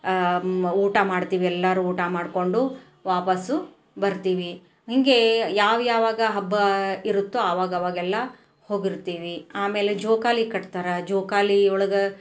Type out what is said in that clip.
ಊಟ ಮಾಡ್ತೀವಿ ಎಲ್ಲರು ಊಟ ಮಾಡಿಕೊಂಡು ವಾಪಾಸ್ಸು ಬರ್ತೀವಿ ಹಿಂಗೆ ಯಾವಯಾವಾಗ ಹಬ್ಬ ಇರುತ್ತೊ ಆವಾಗವಾಗೆಲ್ಲ ಹೋಗಿರ್ತೀವಿ ಆಮೇಲೆ ಜೋಕಾಲಿ ಕಟ್ತಾರೆ ಜೋಕಾಲಿ ಒಳಗೆ